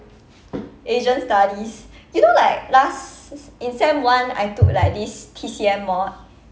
asian studies you know like last in sem one I took like this T_C_M mod